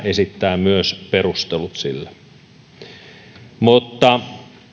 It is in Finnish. esittää myös perustelut sille mutta